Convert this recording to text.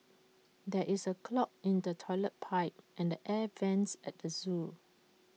there is A clog in the Toilet Pipe and the air Vents at the Zoo